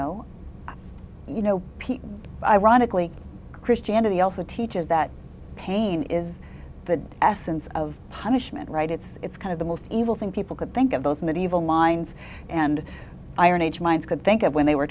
know you know people ironically christianity also teaches that pain is the essence of punishment right it's kind of the most evil thing people could think of those medieval lines and iron age minds could think of when they were